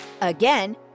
Again